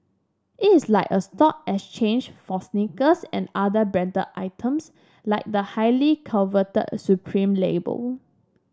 it is like a stock exchange for Sneakers and other branded items like the highly coveted Supreme label